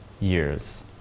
years